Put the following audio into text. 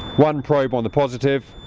one probe on the positive,